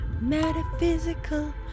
metaphysical